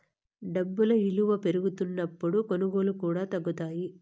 డబ్బు ఇలువ పెరుగుతున్నప్పుడు కొనుగోళ్ళు కూడా తగ్గుతాయి